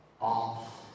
off